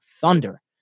Thunder